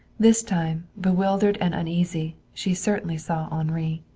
this time, bewildered and uneasy, she certainly saw henri.